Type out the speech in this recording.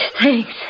thanks